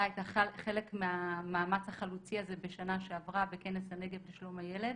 הייתה חלק מהמאמץ החלוצי הזה בשנה שעברה בכנס הנגב לשלום הילד.